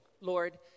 Lord